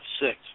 six